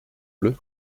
bleue